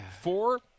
Four